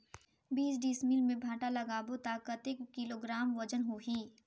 बीस डिसमिल मे भांटा लगाबो ता कतेक किलोग्राम वजन होही?